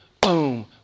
boom